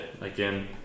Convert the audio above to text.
again